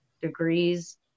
degrees